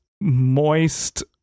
Moist